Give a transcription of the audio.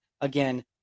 Again